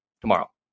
tomorrow